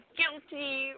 guilty